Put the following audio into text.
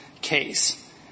case